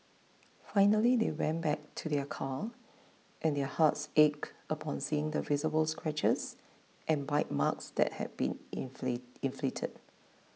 finally they went back to their car and their hearts ached upon seeing the visible scratches and bite marks that had been inflicted